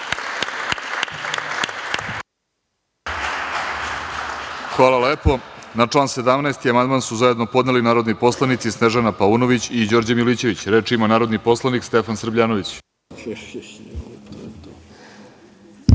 Hvala lepo. Na član 17. amandman su zajedno podneli narodni poslanici Snežana Paunović i Đorđe Milićević. Reč ima narodni poslanik Stefan Srbljanović.